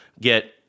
get